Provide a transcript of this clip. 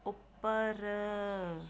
ਉੱਪਰ